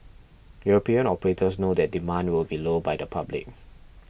European operators know that demand will be low by the public